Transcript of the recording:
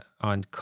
on